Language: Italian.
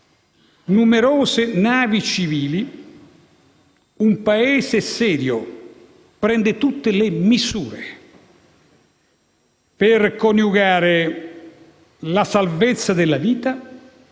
numerose navi civili, un Paese serio prende tutte le misure per coniugare la salvezza della vita